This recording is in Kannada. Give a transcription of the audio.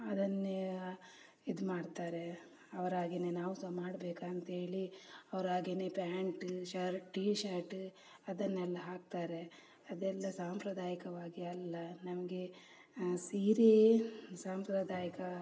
ಅದನ್ನೇ ಇದು ಮಾಡುತ್ತಾರೆ ಅವರಾಗಿಯೇ ನಾವು ಸಹ ಮಾಡ್ಬೇಕು ಅಂಥೇಳಿ ಅವರಾಗಿಯೇ ಪ್ಯಾಂಟ ಶರ್ ಟಿ ಶರ್ಟ ಅದನ್ನೆಲ್ಲ ಹಾಕ್ತಾರೆ ಅದೆಲ್ಲ ಸಾಂಪ್ರದಾಯಿಕವಾಗಿ ಅಲ್ಲ ನಮಗೆ ಸೀರೆಯೇ ಸಾಂಪ್ರದಾಯಿಕ